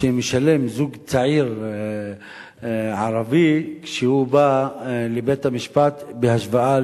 שמשלם זוג צעיר ערבי כשהוא בא לבית-המשפט, בהשוואה